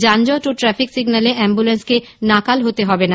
যানজট ও ট্রাফিক সিগন্যালে অ্যাম্বলেন্সকে নাকাল হতে হবে না